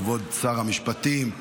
כבוד שר המשפטים,